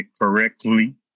correctly